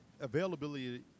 availability